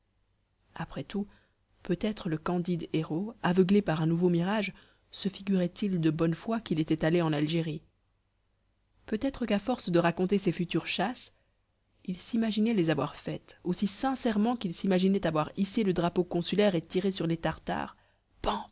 après tout peut-être le candide héros aveuglé par un nouveau mirage se figurait il de bonne foi qu'il était allé en algérie peut-être qu'à force de raconter ses futures chasses il s'imaginait les avoir faites aussi sincèrement qu'il s'imaginait avoir hissé le drapeau consulaire et tiré sur les tartares pan